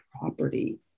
property